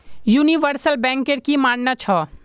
universal banker की मानना छ